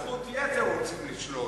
את זכות היתר רוצים לשלול.